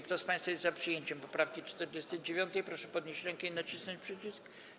Kto z państwa jest za przyjęciem poprawki 49., proszę podnieść rękę i nacisnąć przycisk.